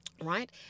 Right